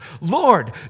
Lord